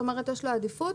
כלומר, יש לו עדיפות